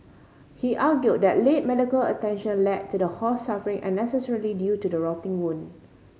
he argued that late medical attention led to the horse suffering unnecessarily due to the rotting wound